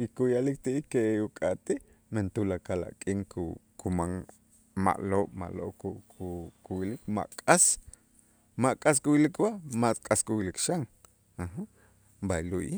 y kuya'lik ti'ij que uk'atij men tulakal a' k'in ku- kuman ma'lo' ma'lo' ku- ku- kuyilik ma' k'as ma' k'as kuyilik kub'aj, ma' ka' k'as kuyilik xan b'aylo'ij.